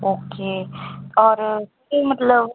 okay ਔਰ ਕੀ ਮਤਲਬ